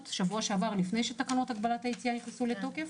באפריקה בשבוע שעבר לפני שתקנות הגבלת היציאה נכנסו לתוקף,